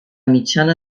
mitjana